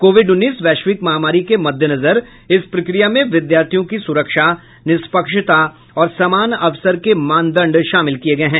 Covid उन्नीस वैश्विक महामारी के मद्देनजर इस प्रक्रिया में विद्यार्थियों की सुरक्षा निष्पक्षता और समान अवसर के मानदंड शामिल किए गए हैं